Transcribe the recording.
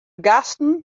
gasten